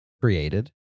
created